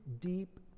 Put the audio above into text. deep